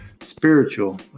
spiritual